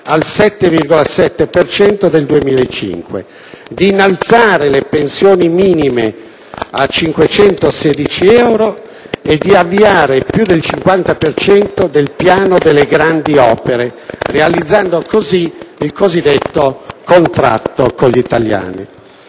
cento del 2005, di innalzare le pensioni minime a 516 euro e di avviare più del 50 per cento del piano delle grandi opere, realizzando così il cosiddetto contratto con gli italiani.